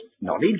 knowledge